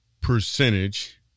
percentage